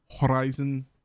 Horizon